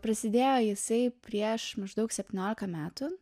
prasidėjo jisai prieš maždaug septyniolika metų